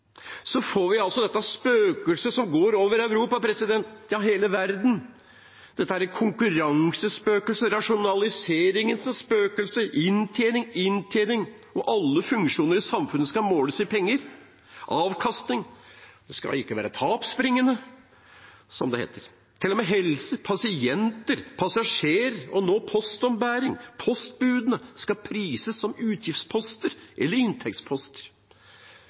Vi får dette spøkelset som går over Europa, ja, over hele verden, dette konkurransespøkelset, rasjonaliseringsspøkelset – inntjening, inntjening – og alle funksjoner i samfunnet skal måles i penger og avkastning, det skal ikke være tapsbringende, som det heter. Til og med helse, pasienter, passasjerer og nå postombæring og postbudene skal prises som utgiftsposter eller inntektsposter.